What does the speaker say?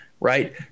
Right